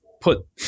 put